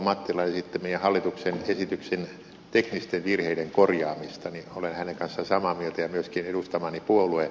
mattilan esittämää hallituksen esityksen teknisten virheiden korjaamista olen hänen kanssaan samaa mieltä ja myöskin edustamani puolue